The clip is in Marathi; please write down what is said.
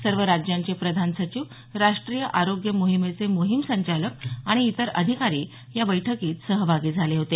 सर्व राज्यांचे प्रधान सचिव राष्ट्रीय आरोग्य मोहिमेचे मोहीम संचालक आणि इतर अधिकारी या बैठकीत सहभागी झाले होते